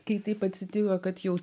kai taip atsitiko kad jau